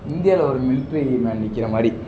இந்தியாவில் ஒரு military man நிற்கிற மாதிரி